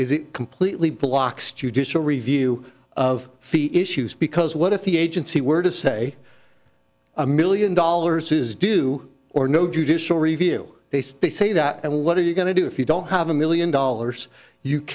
is it completely blocks judicial review of fee issues because what if the agency were to say a million dollars is due or no judicial review they say that and what are you going to do if you don't have a million dollars you